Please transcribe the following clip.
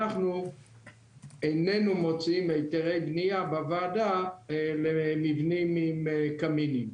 אנחנו איננו מוציאים היתרי בנייה בוועדה למבנים עם קמינים.